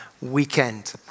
weekend